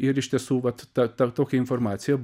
ir iš tiesų vat ta ta tokia informacija